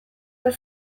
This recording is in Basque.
bat